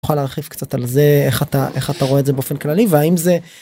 יכול להרחיב קצת על זה, איך, איך אתה רואה את זה באופן כללי, והאם זה.